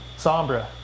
Sombra